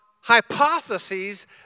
hypotheses